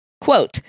quote